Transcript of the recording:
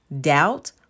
doubt